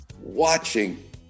watching